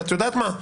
ואת יודעת מה,